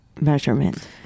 measurement